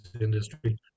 industry